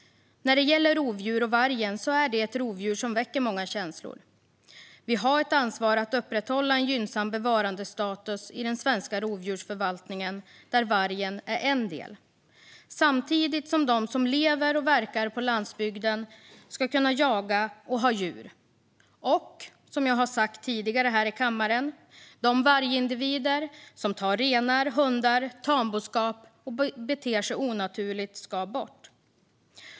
Vargen är ett rovdjur som väcker många känslor. Vi har ett ansvar att upprätthålla en gynnsam bevarandestatus i den svenska rovdjursförvaltningen där vargen är en del. Samtidigt ska de som lever och verkar på landsbygden kunna jaga och ha djur. Som jag har sagt tidigare här i kammaren ska de vargindivider som tar renar, hundar och tamboskap och som beter sig onaturligt tas bort.